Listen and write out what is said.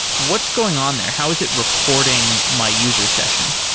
what's going on there? how is it recording my user session?